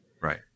Right